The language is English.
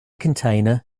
container